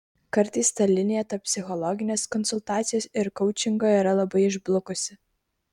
kartais ta linija tarp psichologinės konsultacijos ir koučingo yra labai išblukusi